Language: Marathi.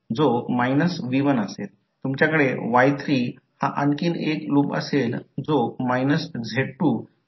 म्युच्युअल कपलिंग तेव्हाच अस्तित्वात असते जेव्हा इंडक्टर कॉइल जवळ असतात आणि सर्किट टाईमनुसार बदलणाऱ्या सोर्सद्वारे चालतात